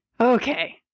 Okay